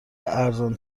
ارزان